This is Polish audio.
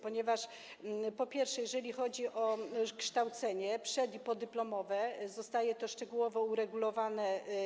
Po pierwsze, jeżeli chodzi o kształcenie przed- i podyplomowe, zostaje to szczegółowo uregulowane.